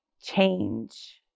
Change